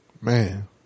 Man